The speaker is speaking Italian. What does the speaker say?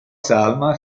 salma